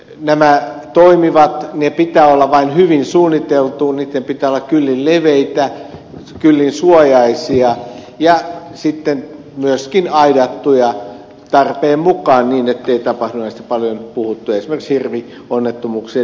nämä toimivat niitten pitää olla vain hyvin suunniteltuja niitten pitää olla kyllin leveitä kyllin suojaisia ja sitten myöskin aidattuja tarpeen mukaan niin ettei tapahdu esimerkiksi paljon puhuttua hirvionnettomuuksien lisääntymistä